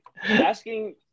asking –